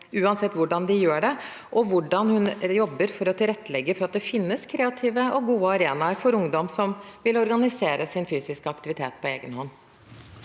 uansett hvordan de gjør det, og hvordan hun jobber for å tilrettelegge for at det finnes kreative og gode arenaer for ungdom som vil organisere sin fysiske aktivitet på egen hånd.